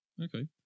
Okay